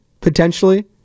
potentially